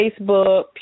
Facebook